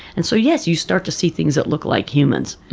and so yes, you start to see things that look like humans,